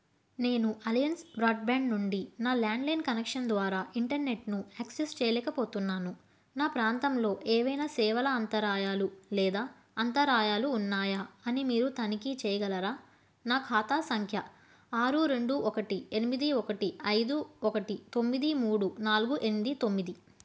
నేను Alliance broadband నుండి నా ల్యాండ్లైన్ కనెక్షన్ ద్వారా ఇంటర్నెట్ను యాక్సెస్ చేయలేకపోతున్నాను నా ప్రాంతంలో ఏవైనా సేవల అంతరాయాలు లేదా అంతరాయాలు ఉన్నాయా అని మీరు తనిఖీ చేయగలరా నా ఖాతా సంఖ్య ఆరు రెండు ఒకటి ఎనిమిది ఒకటి ఐదు ఒకటి తొమ్మిది మూడు నాలుగు ఎనిమిది తొమ్మిది